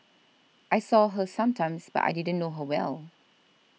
I saw her sometimes but I didn't know her well